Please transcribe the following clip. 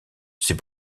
c’est